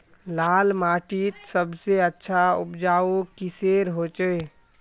लाल माटित सबसे अच्छा उपजाऊ किसेर होचए?